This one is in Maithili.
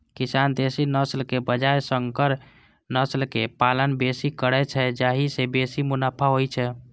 किसान देसी नस्लक बजाय संकर नस्ल के पालन बेसी करै छै, जाहि सं बेसी मुनाफा होइ छै